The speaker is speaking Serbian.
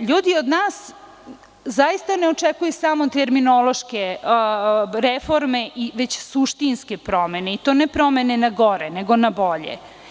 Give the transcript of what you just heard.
ljudi od nas zaista ne očekuju samo terminološke reforme, već suštinske promene, i to ne promene na gore, nego na bolje.